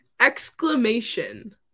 Exclamation